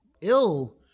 ill